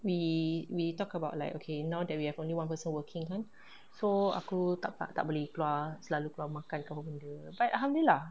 we we talk about like okay now that we have only one person working kan so aku tak aku tak boleh ah selalu keluar makan ke apa benda but alhamdulillah